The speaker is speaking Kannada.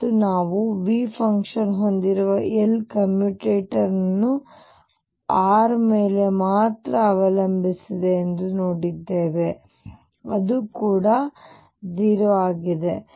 ಮತ್ತು ನಾವು V ಫಂಕ್ಷನ್ ಹೊಂದಿರುವ L ಕಮ್ಯುಟೇಟರ್ ಅನ್ನು r ಮೇಲೆ ಮಾತ್ರ ಅವಲಂಬಿಸಿದೆ ಎಂದು ನೋಡಿದ್ದೇವೆ ಅದು ಕೂಡ 0 ಆಗಿದೆ